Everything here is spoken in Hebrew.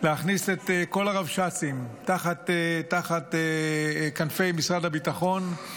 להכניס את כל הרבש"צים תחת כנפי משרד הביטחון,